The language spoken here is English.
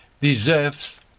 deserves